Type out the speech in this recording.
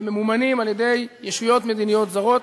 שממומנים על-ידי ישויות מדיניות זרות: